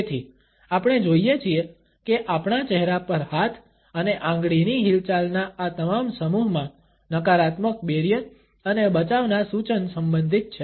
તેથી આપણે જોઈએ છીએ કે આપણા ચહેરા પર હાથ અને આંગળીની હિલચાલના આ તમામ સમૂહમાં નકારાત્મક બેરિયર અને બચાવના સૂચન સંબંધિત છે